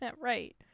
Right